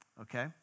Okay